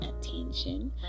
attention